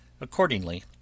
accordingly